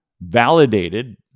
validated